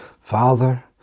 Father